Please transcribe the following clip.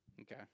Okay